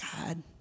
God